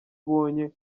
ubonye